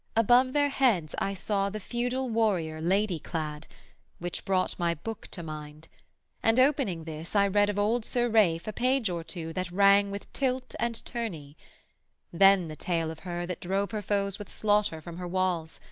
above their heads i saw the feudal warrior lady-clad which brought my book to mind and opening this i read of old sir ralph a page or two that rang with tilt and tourney then the tale of her that drove her foes with slaughter from her walls,